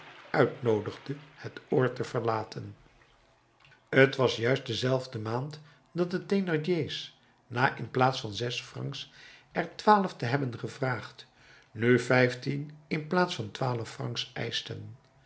uitnoodigde het oord te verlaten t was juist in dezelfde maand dat de thénardier's na in plaats van zes francs er twaalf te hebben gevraagd nu vijftien in plaats van twaalf